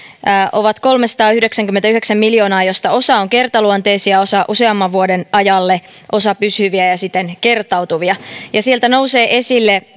ovat yhteensä kolmesataayhdeksänkymmentäyhdeksän miljoonaa osa on kertaluonteisia ja osa useamman vuoden ajalle osa pysyviä ja siten kertautuvia sieltä nousevat esille